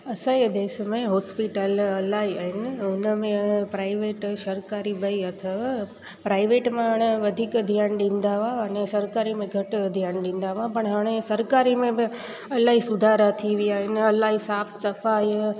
असांजे देश में हॉस्पिटल इलाही आहिनि ऐं हुनमें प्राइवेट सरकारी ॿई अथव प्राइवेट में हाणे वधीक ध्यानु ॾींदा होआ अने सरकारी में घटि ध्यानु ॾींदा हुआ पण हाणे सरकारी में बि इलाही सुधार थी विया आहिनि इलाही सफ़ा सफ़ाईयूं